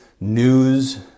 news